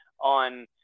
on